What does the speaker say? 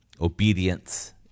obedience